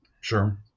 sure